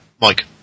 Mike